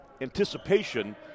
anticipation